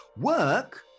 work